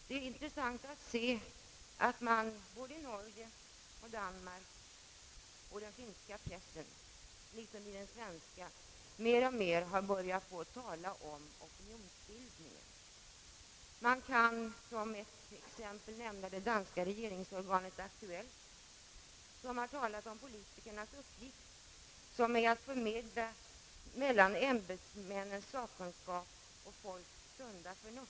Det är intressant att se att man både i den norska, den danska och den finska pressen liksom i den svenska har börjat tala om opinionsbildningen. Som ett exempel kan nämnas det danska regeringsorganet Aktuelt. Där talas om politikernas uppgift som är att mellan ämbetsmännen förmedla sakkunskap och folks sunda förnuft.